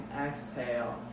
Exhale